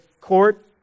court